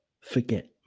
forget